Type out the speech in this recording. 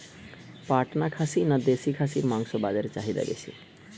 পাটনা খাসি না দেশী খাসির মাংস বাজারে চাহিদা বেশি?